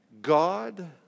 God